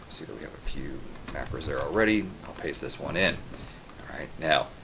see that we have a few macro's there already. i'll paste this one in right now.